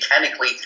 mechanically